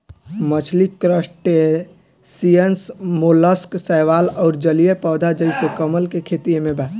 मछली crustaceans mollusc शैवाल अउर जलीय पौधा जइसे कमल के खेती एमे बा